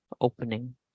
opening